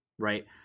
Right